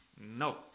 No